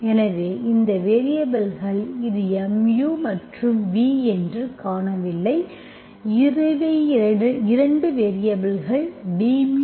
எனவே இவை வேரியபல்கள் இது mu மற்றும் v என்று காணவில்லை இவை 2 வேரியபல்கள் dμϕvdv